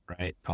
right